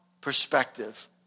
perspective